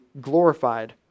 glorified